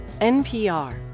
NPR